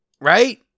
right